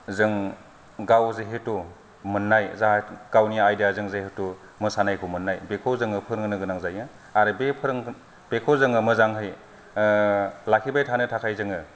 जों गाव जेहेथु मोननाय जा गावनि आयदाजों जेहेथु मोसानाय मोननाय बेखौ जोङो फोरोंनो गोनां जायो आरो बे फोरों बेखौ जोङो मोजाङै आह लाखिबाय थानो थाखाय जोङो